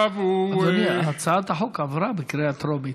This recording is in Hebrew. אדוני, הצעת החוק עברה בקריאה טרומית.